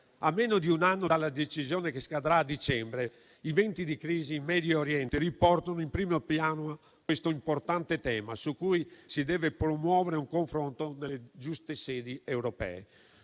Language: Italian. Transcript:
A meno di un anno dalla decisione che scadrà a dicembre, i venti di crisi in Medioriente riportano in primo piano questo importante tema, su cui si deve promuovere un confronto nelle giuste sedi europee.